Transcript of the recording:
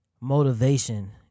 motivation